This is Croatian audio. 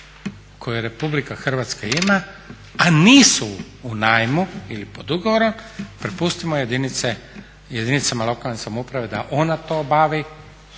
koje RH ima a nisu u najmu ili pod ugovorom prepustimo jedinicama lokalne samouprave da one to obave